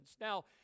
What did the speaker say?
Now